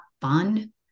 fun